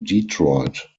detroit